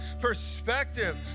perspective